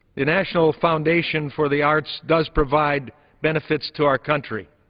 the national foundation for the arts does provide benefits to our country